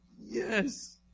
Yes